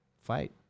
fight